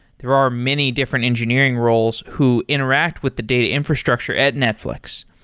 there are many different engineering roles who interact with the data infrastructure at netflix.